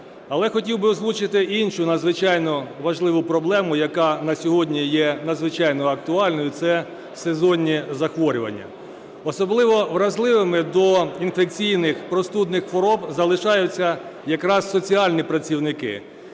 Але хотів би озвучити іншу надзвичайно важливу проблему, яка на сьогодні є надзвичайно актуальною – це сезонні захворювання. Особливо вразливими до інфекційних простудних хвороб залишаються якраз соціальні працівники.